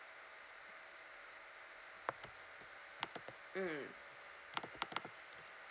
mm